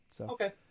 Okay